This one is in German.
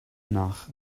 nach